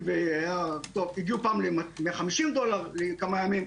הגיעו ל-150 דולר לכמה ימים.